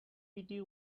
petty